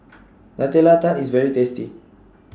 Nutella Tart IS very tasty